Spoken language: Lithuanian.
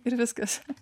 ir viskas